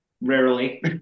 rarely